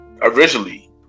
originally